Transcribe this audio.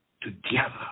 together